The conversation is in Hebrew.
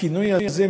הכינוי הזה,